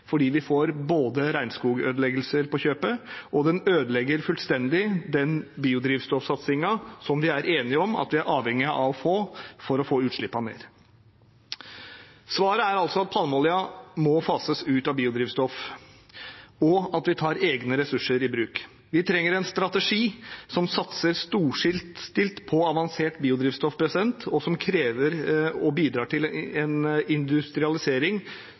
fordi vi får regnskogødeleggelser på kjøpet, og fordi den fullstendig ødelegger den biodrivstoffsatsingen som vi er enige om at vi er avhengig av for å få utslippene ned. Svaret er altså at palmeoljen må fases ut av biodrivstoff, og at vi tar egne ressurser i bruk. Vi trenger en strategi som satser storstilt på avansert biodrivstoff, og som krever og bidrar til en industrialisering